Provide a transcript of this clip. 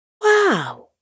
Wow